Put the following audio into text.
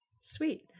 Sweet